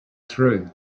through